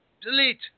Delete